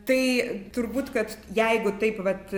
tai turbūt kad jeigu taip vat